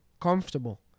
comfortable